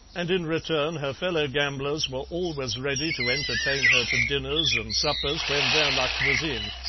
and in return her fellow-gamblers were always ready to entertain her to dinners and suppers when their luck was in.